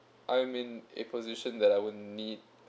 I'm in a position that I will need